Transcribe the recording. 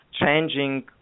changing